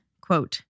quote